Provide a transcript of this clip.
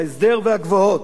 ההסדר והגבוהות,